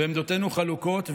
ועמדותינו חלוקות,